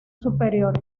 superior